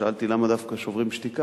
שאלתי למה דווקא "שוברים שתיקה",